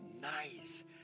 nice